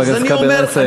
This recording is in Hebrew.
חבר הכנסת כבל, נא לסיים.